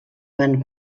van